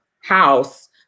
house